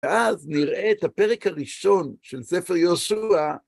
ואז נראה את הפרק הראשון של ספר יהושע,